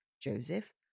Joseph